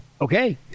okay